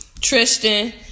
Tristan